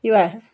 இவள்